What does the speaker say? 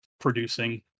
producing